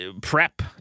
prep